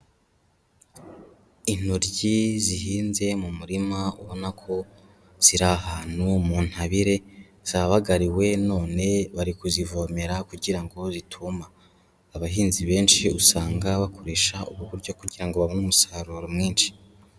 Intoryi zihinze mu murima ubona ko ziri ahantu mu ntabire zabagariwe none bari kuzivomera kugira ngo zituma, abahinzi benshi usanga bakoresha ubu buryo kugira ngo babone umusaruro mwinshi.